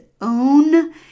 own